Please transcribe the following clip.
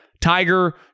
Tiger